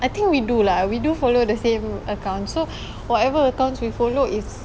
I think we do lah we do follow the same account so whatever accounts we follow is